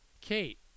Kate